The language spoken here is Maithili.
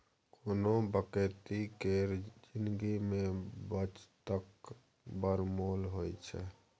कोनो बेकती केर जिनगी मे बचतक बड़ मोल होइ छै